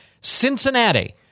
Cincinnati